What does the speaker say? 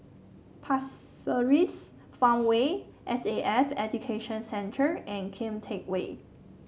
Pasir Ris Farmway S A F Education Centre and Kian Teck Way